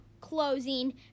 closing